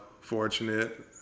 fortunate